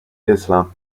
islam